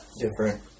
different